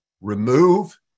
remove